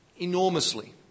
enormously